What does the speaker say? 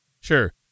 sure